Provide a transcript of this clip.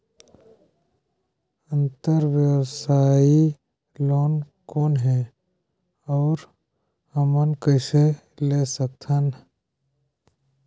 अंतरव्यवसायी लोन कौन हे? अउ हमन कइसे ले सकथन?